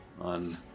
on